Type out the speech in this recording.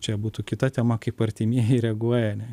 jau čia būtų kita tema kaip artimieji reaguoja ne